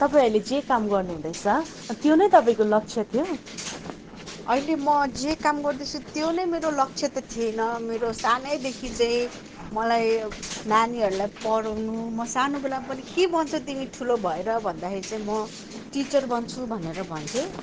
तपाईँ अहिले जे काम गर्नु हुँदैछ त्यो नै तपाईँको लक्ष्य थियो अहिले म जे काम गर्दैछु त्यो नै मेरो लक्ष्य त थिएन मेरो सानैदेखि चाहिँ मलाई नानीहरूलाई पढाउन म सानो बेलामा पनि के बन्छौ तिमी ठुलो भएर भन्दाखेरि चाहिँ म टिचर बन्छु भनेर भन्थेँ